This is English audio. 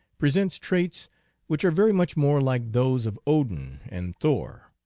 presents traits which are very much more like those of odin and thor,